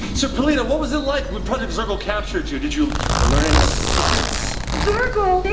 so perlita, what was it like when project zorgo captured you? did you learn any secrets? zorgo, they